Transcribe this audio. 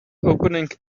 opening